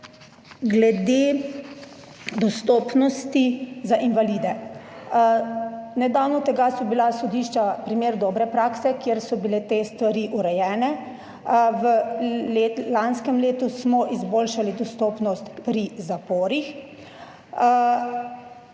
glede dostopnosti za invalide. Nedavno tega so bila sodišča primer dobre prakse, kjer so bile te stvari urejene. V lanskem letu smo izboljšali dostopnost pri zaporih.